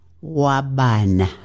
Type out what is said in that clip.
Waban